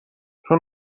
چون